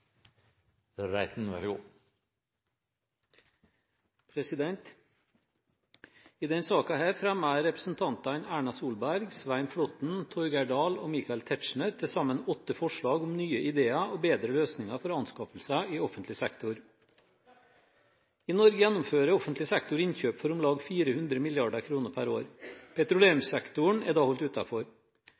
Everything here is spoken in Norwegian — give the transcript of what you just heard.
I denne saken fremmer representantene Erna Solberg, Svein Flåtten, Torgeir Dahl og Michael Tetzschner til sammen åtte forslag om nye ideer og bedre løsninger for anskaffelser i offentlig sektor. I Norge gjennomfører offentlig sektor innkjøp for om lag 400 mrd. kr per år. Petroleumssektoren er da holdt